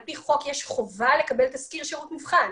על פי חוק יש חובה לקבל תזכיר שירות מבחן,